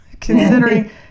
considering